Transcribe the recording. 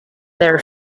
their